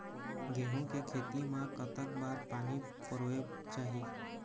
गेहूं के खेती मा कतक बार पानी परोए चाही?